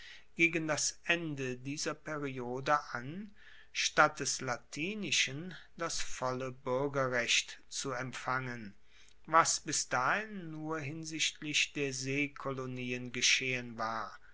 gegen das ende dieser periode an statt des latinischen das volle buergerrecht zu empfangen was bis dahin nur hinsichtlich der seekolonien geschehen war